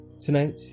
tonight